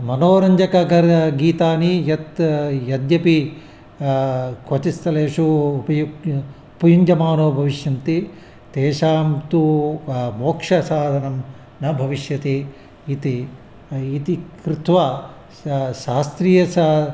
मनोरञ्जककर गीतानि यत् यद्यपि क्वचित् स्थलेषु उपयु उपयुञ्जमानो भविष्यन्ति तेषां तु मोक्षसाधनं न भविष्यति इति इति कृत्वा स शास्त्रीय स